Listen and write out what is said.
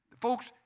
Folks